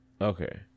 Okay